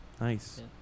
Nice